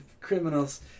criminals